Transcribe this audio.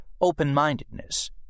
open-mindedness